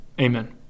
amen